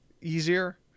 easier